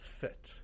fit